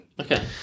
Okay